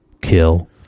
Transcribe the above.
kill